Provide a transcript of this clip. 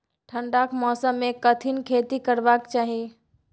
ठंडाक मौसम मे कथिक खेती करबाक चाही?